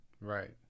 Right